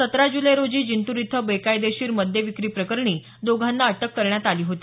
सतरा जून रोजी जिंतूर इथं बेकायदेशीर मद्य विक्री प्रकरणी दोघांना अटक करण्यात आली होती